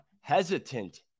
Hesitant